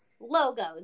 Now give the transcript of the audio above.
Logos